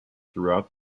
throughout